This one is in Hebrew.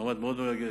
מעמד מאוד מרגש,